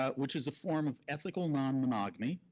ah which is a form of ethical non-monogamy,